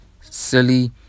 silly